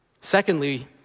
Secondly